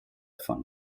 von